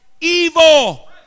evil